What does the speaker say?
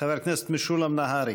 חבר הכנסת משולם נהרי